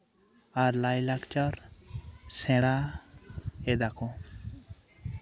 ᱟᱨ ᱞᱟᱭᱼᱞᱟᱠᱪᱟᱨ ᱥᱮᱬᱟᱭᱮᱫᱟᱠᱚ